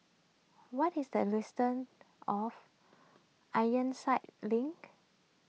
what is the distance of Ironside Link